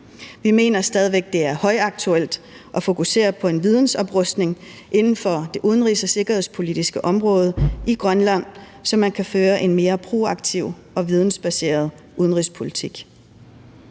Vi mener stadig væk, at det er højaktuelt at fokusere både en vidensoprustning inden for det udenrigs- og sikkerhedspolitiske område i Grønland, så man kan føre en mere proaktiv og vidensbaseret udenrigspolitik.